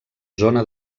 zona